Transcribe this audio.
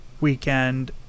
weekend